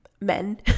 men